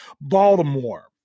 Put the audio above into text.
Baltimore